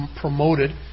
promoted